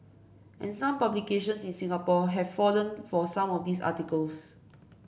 and some publications in Singapore have fallen for some of these articles